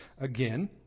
again